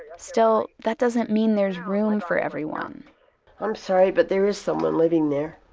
still, that doesn't mean there's room for everyone i'm sorry. but there is someone living there